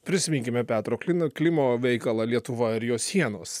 prisiminkime petro klino klimo veikalą lietuva ir jos sienos